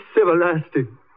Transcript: everlasting